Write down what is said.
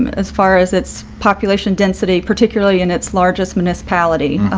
as far as its population density, particularly in its largest municipality,